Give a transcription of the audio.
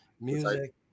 music